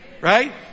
Right